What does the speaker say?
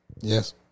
Yes